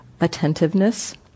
attentiveness